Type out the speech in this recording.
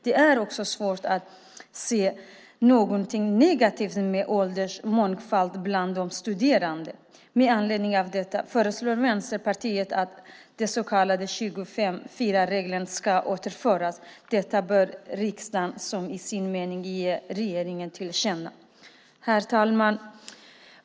Det är också svårt att se någonting negativt med åldersmångfald bland de studerande. Med anledning av detta föreslår Vänsterpartiet att den så kallade 25:4-regeln ska återinföras. Detta bör riksdagen som sin mening ge regeringen till känna. Herr talman!